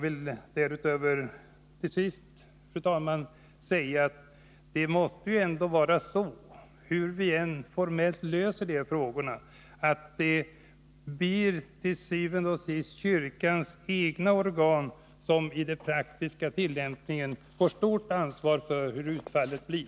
Till sist vill jag också, fru talman, säga att hur vi än löser de här frågorna formellt, så måste det ändå til syvende og sidst vara kyrkans egna organ som i den praktiska tillämpningen får ett stort ansvar för hur utfallet blir.